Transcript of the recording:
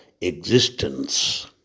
existence